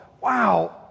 wow